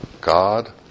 God